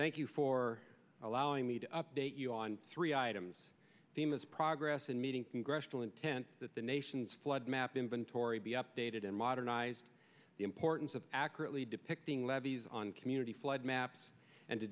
thank you for allowing me to update you on three items the most progress in meeting congressional intent that the nation's flood map inventory be updated and modernized the importance of accurately depicting levees on community flood maps and to